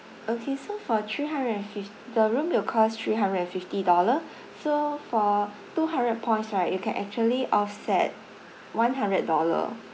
okay so for three hundred and fift~ the room will cost three hundred and fifty dollar so for two hundred points right you can actually offset one hundred dollar